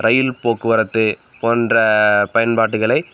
ரயில் போக்குவரத்து போன்ற பயன்பாட்டுகளை